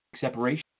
separation